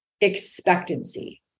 expectancy